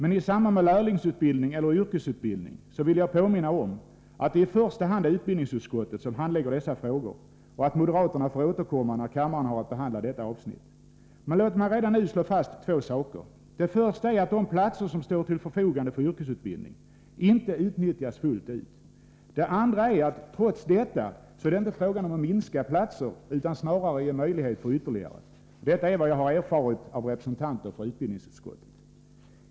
I samband med lärlingsutbildning eller yrkesutbildning vill jag påminna om att det i första hand är utbildningsutskottet som handlägger dessa frågor och att moderaterna får återkomma när kammaren har att behandla detta avsnitt. Men låt mig redan nu framhålla två saker. Den första är att de platser som står till förfogande för yrkesutbildning aldrig har utnyttjats fullt ut. Den andra är att det trots detta inte är fråga om att minska antalet platser utan snarare att ge möjlighet till ytterligare platser — detta efter vad jag erfarit av representanter för utbildningsutskottet.